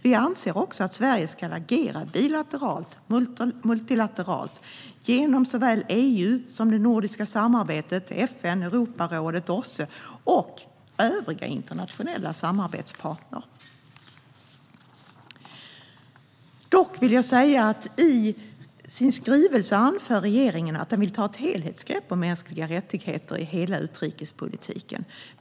Vi anser också att Sverige ska agera bilateralt och multilateralt genom EU, det nordiska samarbetet, FN, Europarådet, OSSE och övriga internationella samarbetspartner. Regeringen anför i sin skrivelse att den vill ta ett helhetsgrepp om mänskliga rättigheter i hela utrikespolitiken.